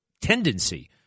tendency